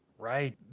Right